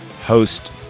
host